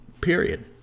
Period